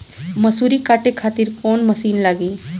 मसूरी काटे खातिर कोवन मसिन लागी?